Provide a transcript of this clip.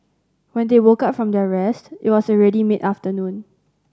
when they woke up from their rest it was already mid afternoon